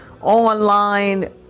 online